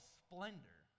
splendor